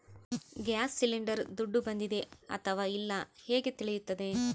Gas cylinder ದುಡ್ಡು ಬಂದಿದೆ ಅಥವಾ ಇಲ್ಲ ಹೇಗೆ ತಿಳಿಯುತ್ತದೆ?